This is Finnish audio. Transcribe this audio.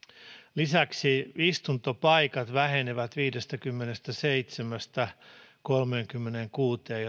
lisäksi istuntopaikat vähenevät viidestäkymmenestäseitsemästä kolmeenkymmeneenkuuteen